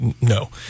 no